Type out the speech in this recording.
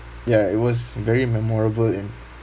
ya it was very memorable and